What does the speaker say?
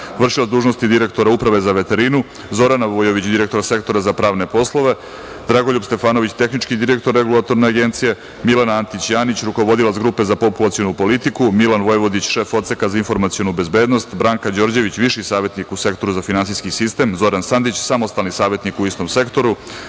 vršilac dužnosti direktora Uprave za veterinu, Zorana Vujović, direktor Sektora za pravne poslove, Dragoljub Stefanović, tehnički direktor Regulatorne Agencije, Milena Antić Janić, rukovodilac grupe za populacionu politiku, Milan Vojvodić, šef Odseka za informacionu bezbednost, Branka Đorđević, viši savetnik u Sektoru za finansijski sistem, Zoran Sandić, samostalni savetnik u istom sektoru,